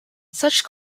such